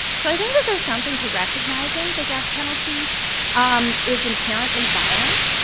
so i think there's something to recognizing the death penalty um is inherently violent.